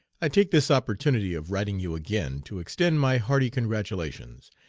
i take this opportunity of writing you again to extend my hearty congratulations,